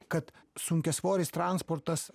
kad sunkiasvoris transportas